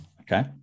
okay